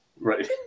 Right